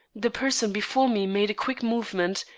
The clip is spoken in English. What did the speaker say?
the person before me made a quick movement,